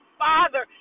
father